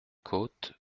côtes